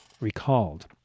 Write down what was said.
recalled